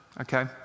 okay